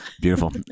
Beautiful